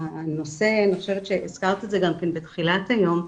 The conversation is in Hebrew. הנושא אני חושבת שהזכרת את זה גם כן בתחילת היום,